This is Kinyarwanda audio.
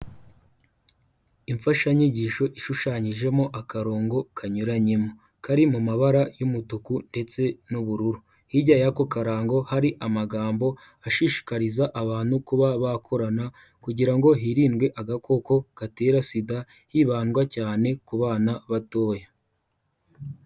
Imfashanyigisho ishushanyijemo akarongo kanyuranyemo kari mu mabara y'umutuku ndetse n'ubururu, hirya y'ako karango hari amagambo ashishikariza abantu kuba bakorana kugira ngo hirindwe agakoko gatera sida hibandwa cyane ku bana batoya.